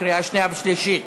קריאה שנייה ושלישית.